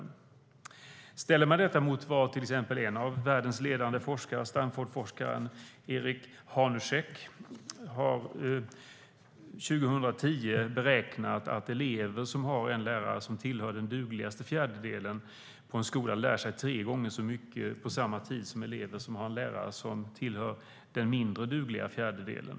Man kan ställa detta mot vad till exempel en av världens ledande forskare, Stanfordforskaren Eric Hanushek, har beräknat. Han beräknade år 2010 att elever som har en lärare som tillhör den dugligaste fjärdedelen på en skola lär sig tre gånger så mycket på samma tid som elever som har en lärare som tillhör den mindre dugliga fjärdedelen.